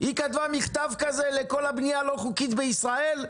היא כתבה מכתב כזה לכל הבנייה הלא חוקית בישראל,